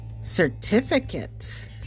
certificate